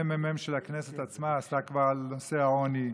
הממ"מ של הכנסת עצמה כבר עסק בנושא העוני,